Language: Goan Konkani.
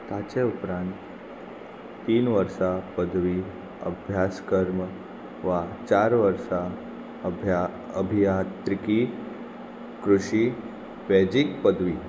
ताचें उपरांत तीन वर्सा पदवी अभ्यासकर्म वा चार वर्सा अभ्या अभियात्रिकी कृशी वैजीक पदवी